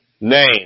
name